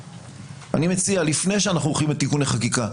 אני מציע, לפני שאנחנו הולכים לתיקוני חקיקה,